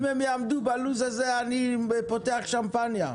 אם הם יעמדו בלו"ז הזה, אני פותח שמפניה.